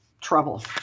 trouble